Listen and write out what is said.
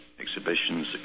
exhibitions